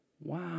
Wow